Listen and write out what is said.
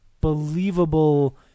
believable